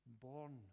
born